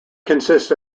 consists